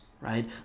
right